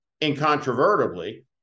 incontrovertibly